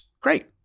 Great